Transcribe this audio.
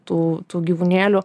tų tų gyvūnėlių